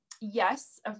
Yes